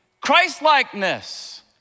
Christ-likeness